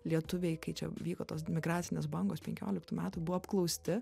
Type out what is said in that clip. lietuviai kai čia vyko tos migracinės bangos penkioliktų metų buvo apklausti